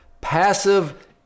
passive